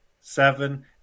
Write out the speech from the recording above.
seven